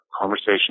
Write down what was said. conversation